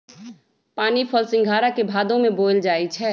पानीफल सिंघारा के भादो में बोयल जाई छै